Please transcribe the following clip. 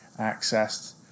accessed